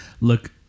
look